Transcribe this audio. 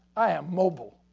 i am mobile.